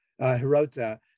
Hirota